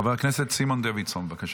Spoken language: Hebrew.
חבר הכנסת סימון דוידסון, בבקשה.